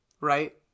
right